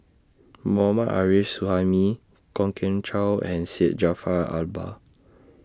Mohammad Arif Suhaimi Kwok Kian Chow and Syed Jaafar Albar